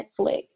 Netflix